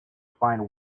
find